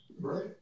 Right